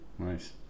Nice